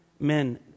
Men